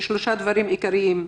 שלושה דברים עיקריים.